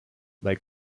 they